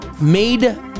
made